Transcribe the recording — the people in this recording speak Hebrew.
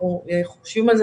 אנחנו חושבים על זה,